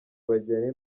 bageni